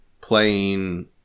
playing